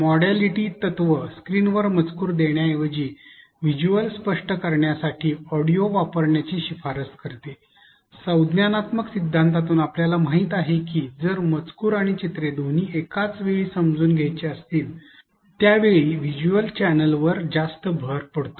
modality तत्व स्क्रीनवर मजकूर देण्याऐवजी व्हिज्युअल स्पष्ट करण्यासाठी ऑडिओ वापरण्याची शिफारस करते संज्ञानात्मक सिद्धांतातून आपल्याला माहित आहे की जर मजकूर आणि चित्रे दोन्ही एकाच वेळी समजून घ्यायचे असतील त्यावेळी व्हिज्युअल चॅनेलवर जास्त भार पडतो